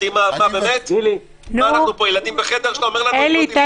מה, אנחנו פה ילדים בחדר שאתה אומר לנו את זה?